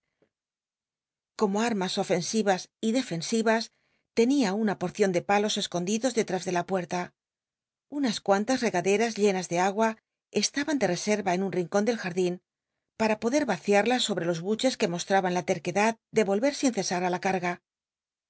como amas ofensivas y defensivas tenia una pocion de palos escondidos detns de la puerta unas cuantas regaderas llenas de agua estaban de resea en un rincon del jardín pa a pode yaci ulas sobre los buches que mostahan la terquedad de volve sin cesar ti la caq